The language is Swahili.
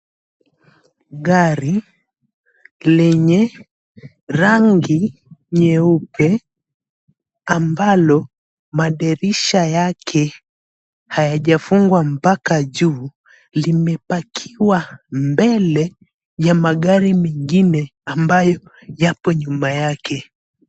Gati lenye rangi nyeupe ambalo madirisha yake hayajafungwa mpaka juu limepakiwa mbele ya magari mengine ambayo yapo nyuma yake.